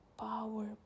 power